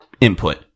input